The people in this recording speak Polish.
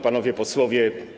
Panowie Posłowie!